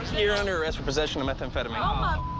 you're under arrest for possession of methamphetamine. um um